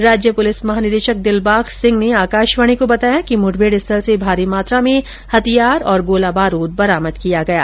राज्य पुलिस महानिदेशक दिलबाग सिंह ने आकाशवार्णी को बताया कि मुठभेड़ स्थल से भारी मात्रा में हथियार और गोलाबारूद बरामद किया गया है